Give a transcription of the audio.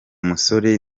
musore